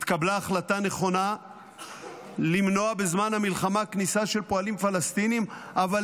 התקבלה החלטה נכונה למנוע כניסה של פועלים פלסטינים בזמן המלחמה,